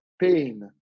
pain